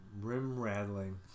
Rim-rattling